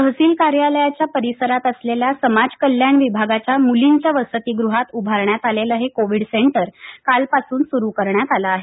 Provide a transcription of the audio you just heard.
तहसील कार्यालयाच्या परिसरात असलेल्या समाज कल्याण विभागाच्या मुलींच्या वसतिगृहात उभारण्यात आलेलं हे कोविड सेंटर कालपासून सुरु करण्यात आलं आहे